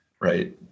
right